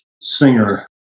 singer